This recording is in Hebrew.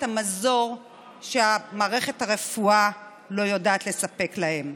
המזור שמערכת הרפואה לא יודעת לספק להם.